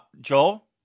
Joel